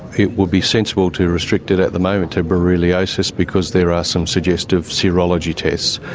it would be sensible to restrict it at the moment to borreliosis because there are some suggestive serology tests.